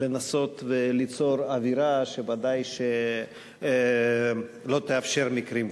לנסות וליצור אווירה שבוודאי לא תאפשר מקרים כאלה.